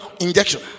injection